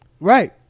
Right